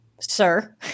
sir